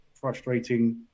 frustrating